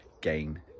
gain